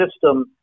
system